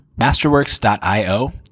Masterworks.io